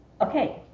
Okay